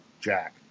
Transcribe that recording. jack